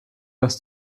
dass